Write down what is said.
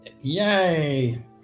Yay